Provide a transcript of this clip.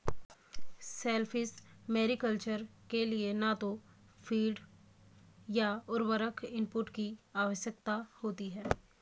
shellfish mariculture के लिए न तो फ़ीड या उर्वरक इनपुट की आवश्यकता होती है